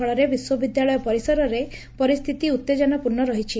ଫଳରେ ବିଶ୍ୱବିଦ୍ୟାଳୟ ପରିସରରେ ପରିସ୍ରିତି ଉତେଜନାପୂର୍ଶ୍ଣ ରହିଛି